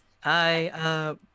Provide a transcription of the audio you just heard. Hi